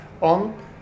on